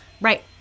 Right